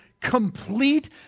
complete